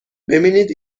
ببینید